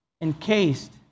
encased